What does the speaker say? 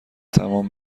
تمام